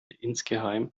insgeheim